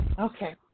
Okay